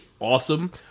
awesome